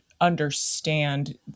understand